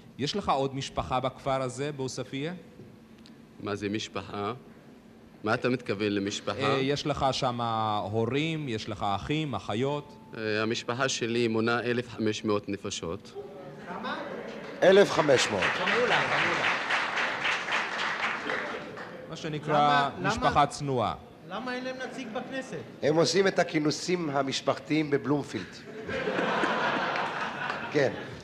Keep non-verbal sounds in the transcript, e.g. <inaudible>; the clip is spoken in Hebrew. יש לך עוד משפחה בכפר הזה, בעוספיה? מה זה משפחה? מה אתה מתכוון למשפחה? אה, יש לך שמה הורים, יש לך אחים, אחיות. אה, המשפחה שלי מונה 1,500 נפשות. כמה? 1,500. גם הוא לא, גם הוא לא. מה שנקרא למה- למה- משפחה צנועה. למה אין להם נציג בכנסת? הם עושים את הכינוסים המשפחתיים בבלומפילד. <laughs> כן.